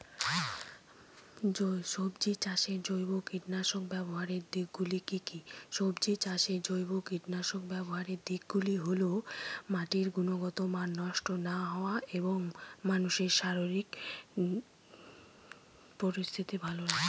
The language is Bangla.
সবজি চাষে জৈব কীটনাশক ব্যাবহারের দিক গুলি কি কী?